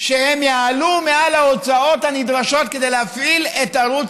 שיעלו מעל ההוצאות הנדרשות כדי להפעיל את ערוץ